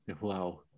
Wow